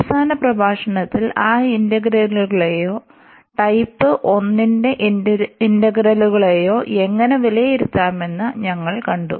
അവസാന പ്രഭാഷണത്തിൽ ആ ഇന്റഗ്രലുകളെയോ ടൈപ്പ് 1 ന്റെ ഇന്റഗ്രലുകളെയോ എങ്ങനെ വിലയിരുത്താമെന്ന് ഞങ്ങൾ കണ്ടു